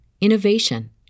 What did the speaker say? innovation